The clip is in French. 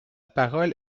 parole